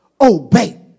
Obey